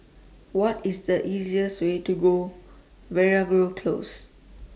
What IS The easiest Way to Veeragoo Close